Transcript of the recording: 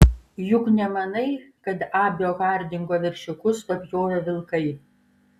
juk nemanai kad abio hardingo veršiukus papjovė vilkai